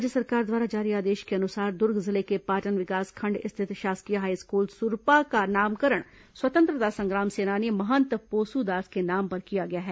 राज्य सरकार द्वारा जारी आदेश के अनुसार दूर्ग जिले के पाटन विकासखंड स्थित शासकीय हाईस्कूल सूरपा का नामकरण स्वतंत्रता संग्राम सेनानी महंत पोसूदास के नाम पर किया गया है